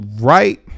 right